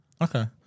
okay